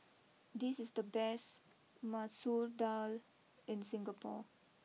this is the best Masoor Dal in Singapore